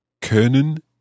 Können